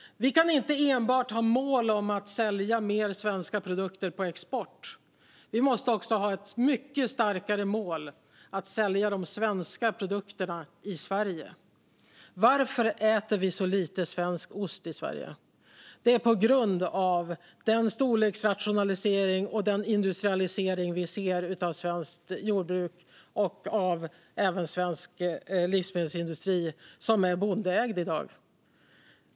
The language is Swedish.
Vi kan inte enbart ha mål om att sälja mer svenska produkter på export. Vi måste också ha ett mycket starkare mål om att sälja de svenska produkterna i Sverige. Varför äter vi så lite svensk ost i Sverige? Det är på grund av den storleksrationalisering och den industrialisering vi ser av svenskt jordbruk och även av svensk livsmedelsindustri, som i dag är bondeägd.